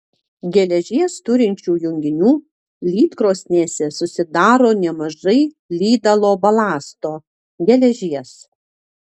geležies turinčių junginių lydkrosnėse susidaro nemažai lydalo balasto geležies